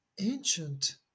ancient